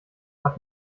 hat